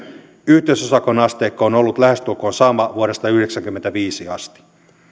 yhteisösakon asteikko on on ollut lähestulkoon sama vuodesta yhdeksänkymmentäviisi asti